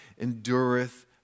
endureth